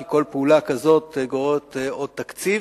כי כל פעולה כזאת גוררת עוד תקציב,